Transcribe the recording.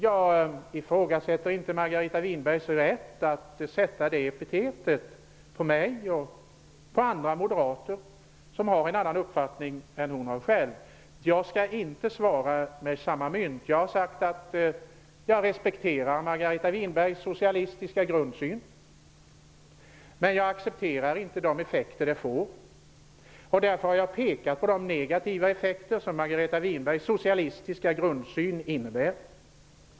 Jag ifrågasätter inte Margareta Winbergs rätt att sätta det epitetet på mig och på andra moderater som har en annan uppfattning än vad hon har själv. Jag skall inte svara med samma mynt. Jag har sagt att jag respekterar Margareta Winbergs socialistiska grundsyn. Men jag accepterar inte de effekter den får. Därför har jag pekat på de negativa effekter som Margareta Winbergs socialistiska grundsyn innebär.